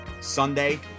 Sunday